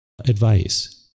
advice